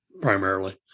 primarily